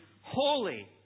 holy